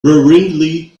worryingly